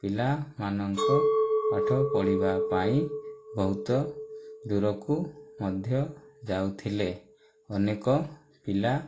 ପିଲାମାନଙ୍କ ପାଠପଢ଼ିବା ପାଇଁ ବହୁତ ଦୂରକୁ ମଧ୍ୟ ଯାଉଥିଲେ ଅନେକ ପିଲା